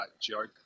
joke